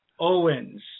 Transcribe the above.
Owens